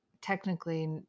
technically